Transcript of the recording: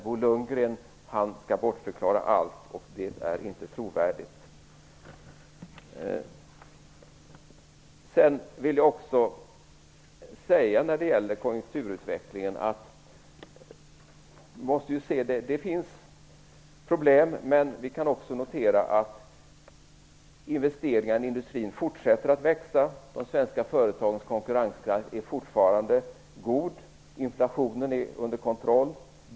Bo Lundgren skall bortförklara allt, och det är inte trovärdigt. Sedan vill jag säga att det finns problem när det gäller konjunkturutvecklingen. Men vi kan också notera att investeringarna i industrin fortsätter att växa. De svenska företagens konkurrenskraft är fortfarande god. Inflationen är under kontroll.